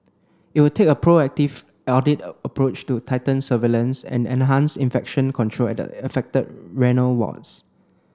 it will take a proactive audit approach to tighten surveillance and enhance infection control at at the affected renal wards